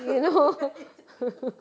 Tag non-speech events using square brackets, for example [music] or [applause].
you know [laughs]